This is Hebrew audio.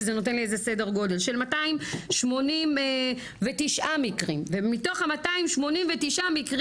שזה נותן לי איזה סדר גודל של 289 מקרים ומתוך ה-289 מקרים,